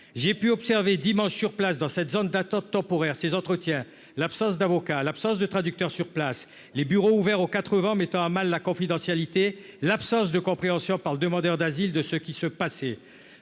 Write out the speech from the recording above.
J'ai pu observer dimanche, sur place, dans cette zone d'attente temporaire, ces entretiens, l'absence d'avocats, l'absence de traducteurs sur place, les bureaux ouverts aux quatre vents mettant à mal la confidentialité, l'absence de compréhension par le demandeur d'asile de ce qui se passait.